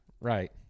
Right